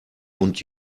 und